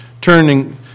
turning